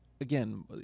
Again